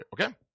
Okay